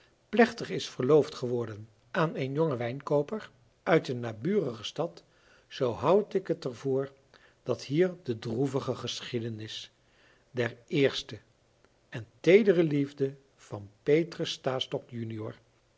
plechtig is verloofd geworden aan een jongen wijnkooper uit een naburige stad zoo houd ik het er voor dat hier de droevige geschiedenis der eerste en teedere liefde van petrus stastok junior